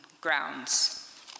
Grounds